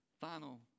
final